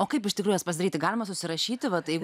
o kaip iš tikrųjų juos pasidaryti galima susirašyti va taip